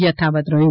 યથાવત રહ્યું